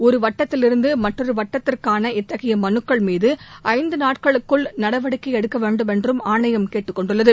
ஒரு வட்டத்திலிருந்து மற்றொரு வட்டத்திற்கான இத்தகைய மனுக்கள்மீது ஐந்து நாட்களுக்குள் நடவடிக்கை எடுக்க வேண்டும் என்றும் ஆணையம் கேட்டுக்கொண்டுள்ளது